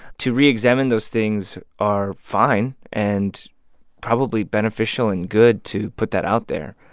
to re-examine those things are fine and probably beneficial and good to put that out there.